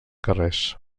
carrers